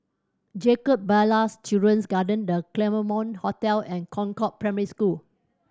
Jacob Ballas Children's Garden The Claremont Hotel and Concord Primary School